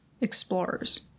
explorers